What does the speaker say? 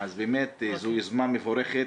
אז באמת זו יוזמה מבורכת